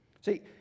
See